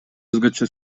өзгөчө